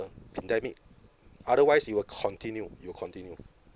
pandemic otherwise it will continue it will continue